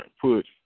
put